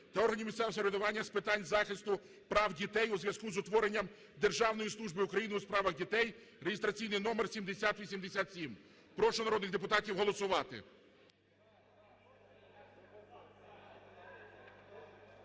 та органів місцевого самоврядування з питань захисту прав дітей у зв’язку з утворенням Державної служби України у справах дітей (реєстраційний номер 7087). Прошу народних депутатів голосувати.